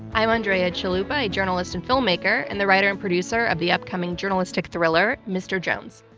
i'm andrea chalupa, a journalist and filmmaker and the writer and producer of the upcoming journalistic thriller mr. jones.